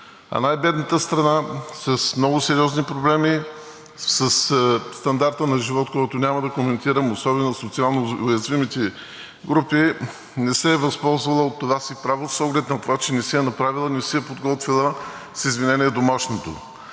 а най бедната страна с много сериозни проблеми, със стандарта на живот, който няма да коментирам, особено на социалноуязвимите групи, не се е възползвала от това си право с оглед на това, че не си е направила, не си е подготвила, с извинение, домашното.